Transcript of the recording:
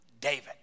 David